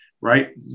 Right